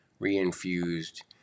reinfused